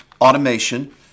automation